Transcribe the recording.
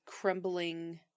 crumbling